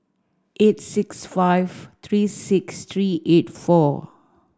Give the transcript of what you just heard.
eight six five three six three eight four